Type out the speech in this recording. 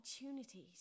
opportunities